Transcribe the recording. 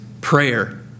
Prayer